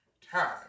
time